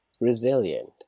Resilient